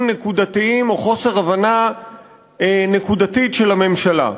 נקודתיים או חוסר הבנה נקודתית של הממשלה,